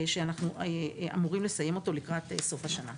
שאנחנו אמורים לסיים לקראת סוף השנה.